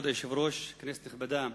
כבוד היושב-ראש, כנסת נכבדה,